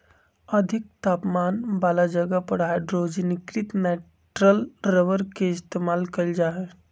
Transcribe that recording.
अधिक तापमान वाला जगह पर हाइड्रोजनीकृत नाइट्राइल रबर के इस्तेमाल कइल जा हई